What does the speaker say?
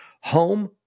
home